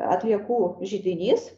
atliekų židinys